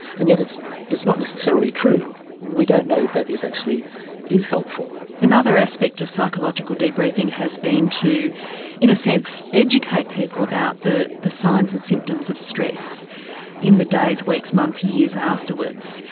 and yet it's it's not necessarily true. we don't know that that is actually helpful. another aspect of psychological debriefing has been to in a sense educate people about the the signs and symptoms of stress in the days, weeks, months, years afterwards,